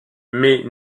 mais